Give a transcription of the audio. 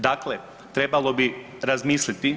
Dakle trebalo bi razmisliti.